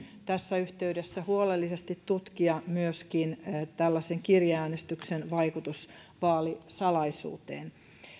tässä yhteydessä huolellisesti tutkia myöskin tällaisen kirjeäänestyksen vaikutus vaalisalaisuuteen